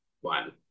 one